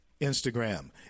instagram